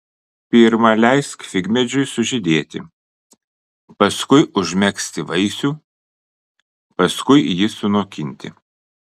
pirma leisk figmedžiui sužydėti paskui užmegzti vaisių paskui jį sunokinti